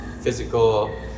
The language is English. physical